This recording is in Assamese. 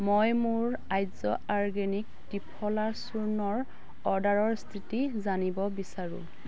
মই মোৰ আৰ্য আৰ্গেনিক ত্ৰিফলা চূৰ্ণৰ অৰ্ডাৰৰ স্থিতি জানিব বিচাৰোঁ